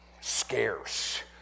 scarce